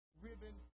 ribbon